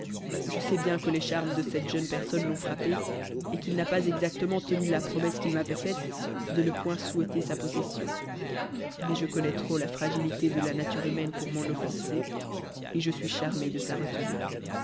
je sais bien que les charmes de cette jeune personne l'ont frappé et qu'il n'a pas exactement tenu la promesse qu'il m'avait faite de ne point souhaiter'sa possession mais je connais trop la fragilité de la nature humaine pour m'en offenser et je suis charmé de sa retenue